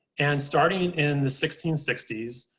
and starting in the sixteen sixty,